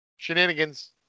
Shenanigans